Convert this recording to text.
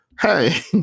hey